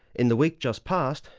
in the week just past,